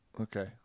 Okay